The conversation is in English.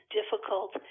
difficult